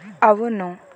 అవును